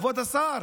כבוד השר,